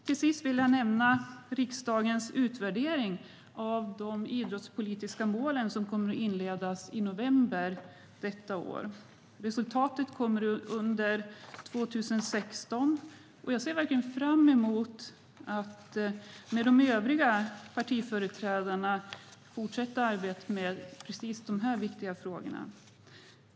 Till sist vill jag nämna riksdagens utvärdering av de idrottspolitiska målen som kommer att inledas i november detta år. Resultatet kommer att komma under 2016. Jag ser verkligen fram emot att tillsammans med de övriga partiföreträdarna fortsätta arbetet med precis de här viktiga frågorna.